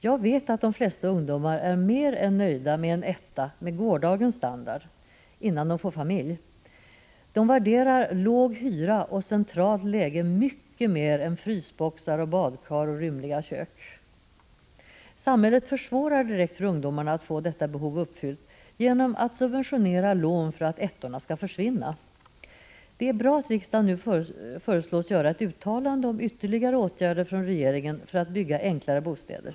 Jag vet att de flesta ungdomar innan de får familj är mer än nöjda med en etta med gårdagens standard. De värderar låg hyra och centralt läge mycket mer än frysboxar, badkar och rymliga kök. Samhället direkt försvårar för ungdomarna att få detta behov tillfredsställt genom att subventionera lån för att ettorna skall försvinna. Det är bra att riksdagen nu föreslås göra ett uttalande om ytterligare åtgärder från regeringen för att bygga enklare bostäder.